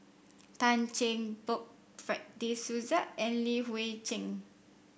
Tan Cheng Bock Fred De Souza and Li Hui Cheng